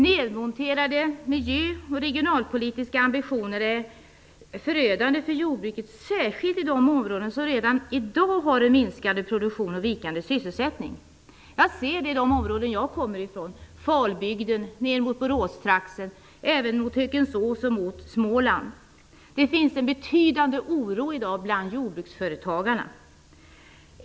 Nedmonterade miljö och regionalpolitiska ambitioner är förödande för jordbruket, särskilt i de områden som redan i dag har en minskande produktion och vikande sysselsättning. Jag ser det i de områden jag kommer från, Falbygden ner mot Boråstrakten, även mot Hökensås och mot Småland. Det finns en betydande oro i dag bland jordbruksföretagarna.